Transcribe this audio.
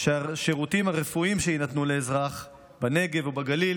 שהשירותים הרפואיים שיינתנו לאזרח בנגב או בגליל